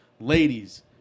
ladies